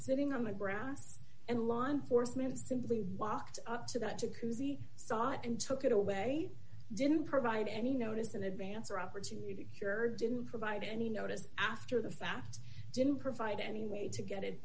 sitting on the ground and law enforcement simply walk up to that to cousy saw it and took it away didn't provide any notice in advance or opportunity to cure didn't provide any notice after the fact didn't provide any way to get it